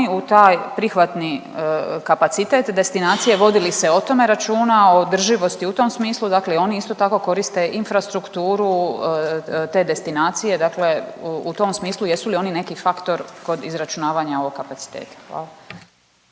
u taj prihvatni kapacitet destinacije, vodi li se o tome računa, o održivosti u tom smislu, dakle i oni isto tako koriste infrastrukturu te destinacije, dakle u tom smislu jesu li oni neki faktor kod izračunavanja ovog kapaciteta? Hvala.